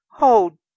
Oh